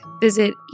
Visit